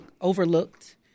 overlooked